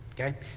Okay